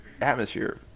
atmosphere